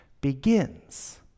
begins